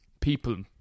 people